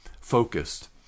focused